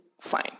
fine